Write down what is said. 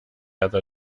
other